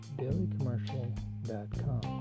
dailycommercial.com